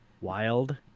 wild